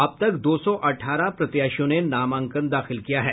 अब तक दौ सौ अठारह प्रत्याशियों ने नामांकन दाखिल किया है